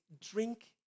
drink